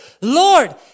Lord